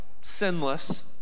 sinless